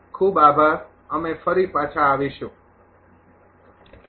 ખૂબ આભાર અમે ફરી પાછા આવીશું